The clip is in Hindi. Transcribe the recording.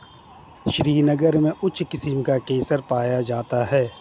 श्रीनगर में उच्च किस्म का केसर पाया जाता है